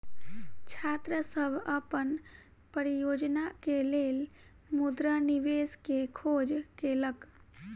छात्र सभ अपन परियोजना के लेल मुद्रा निवेश के खोज केलक